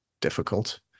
difficult